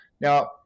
Now